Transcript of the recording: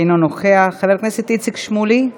אינו נוכח, חבר הכנסת איציק שמולי,